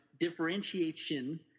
Differentiation